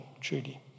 truly